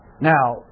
Now